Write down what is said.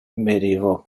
medieval